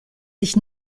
sich